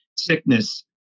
sickness